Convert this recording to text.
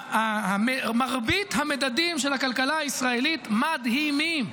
מרבית המדדים של הכלכלה הישראלית, מדהימים.